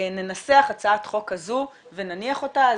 ננסח הצעת חוק כזו ונניח אותה,